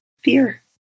fear